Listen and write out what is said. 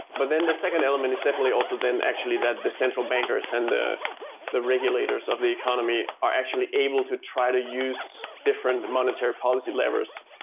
but then the second element is definitely also then actually that the central bankers and ah the regulators of the economy are actually able to try to use different monetary policy levers,